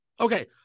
Okay